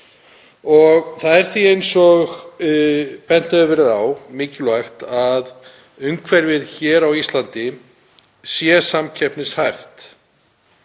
Það er því, eins og bent hefur verið á, mikilvægt að umhverfið hér á Íslandi sé samkeppnishæft.